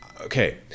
Okay